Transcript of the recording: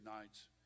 nights